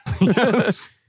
Yes